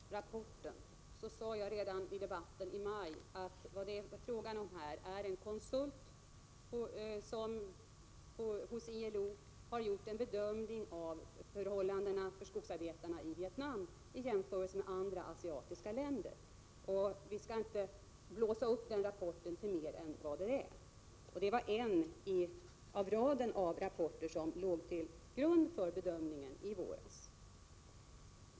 Herr talman! Angående ILO-rapporten sade jag redan i debatten i maj att det handlade om en bedömning som gjorts av en konsult hos ILO av förhållandena för skogsarbetarna i Vietnam i jämförelse med andra asiatiska länder. Vi skall inte blåsa upp den rapporten till någonting mer än vad den är. Det var en av de rapporter som låg till grund för bedömningen i våras.